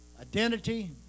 identity